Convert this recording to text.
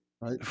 right